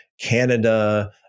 Canada